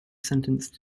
sentenced